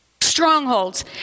Strongholds